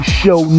show